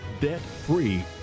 debt-free